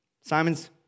Simon's